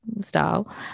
style